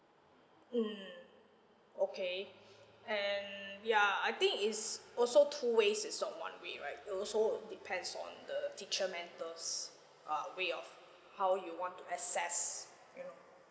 mm okay and ya I think it's also two ways it's not one way right it also depends on the teacher mentals uh way of how you want to assess you know